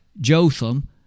Jotham